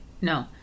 No